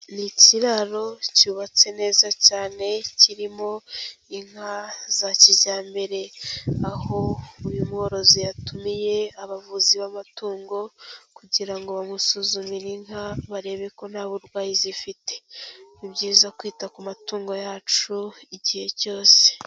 Ni ikiraro cyubatse neza cyane kirimo inka za kijyambere. Aho uyu mworozi yatumiye abavuzi b'amatungo kugira ngo bamusuzumire inka barebe ko nta burwayi zifite. Ni byiza kwita ku matungo yacu igihe cyose.